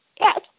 Yes